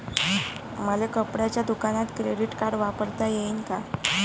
मले कपड्याच्या दुकानात क्रेडिट कार्ड वापरता येईन का?